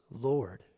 Lord